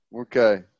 Okay